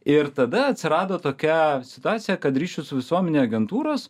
ir tada atsirado tokia situacija kad ryšių su visuomene agentūros